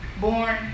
Born